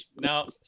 no